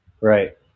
Right